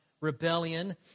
rebellion